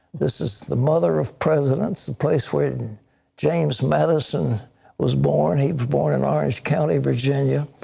this is the mother of presidents. the place where james madison was born. he was born in orange county, virginia.